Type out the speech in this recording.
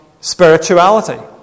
spirituality